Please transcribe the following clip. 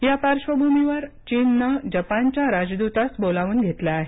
या पार्श्वभूमीवर चीनने जपानच्या राजदूतास बोलावून घेतलं आहे